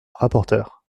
rapporteur